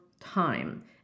time